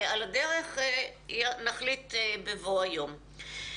על הדרך נחליט בבוא היום.